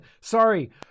Sorry